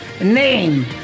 name